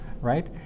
right